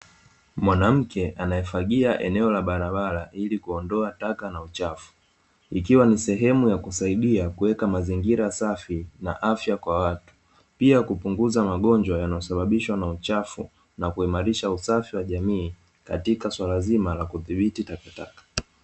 Mwanamke anayefagia eneo la barabara ili kuondoa taka na uchafu, ikiwa ni sehemu ya kusaidia kuweka mazingira safi na afya kwa watu. Pia, kupunguza magonjwa yanayosababishwa na uchafu, na kuimarisha usafi wa jamii katika suala zima la kudhibiti takataka.